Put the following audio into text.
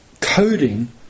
coding